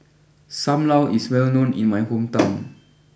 Sam Lau is well known in my hometown